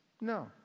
No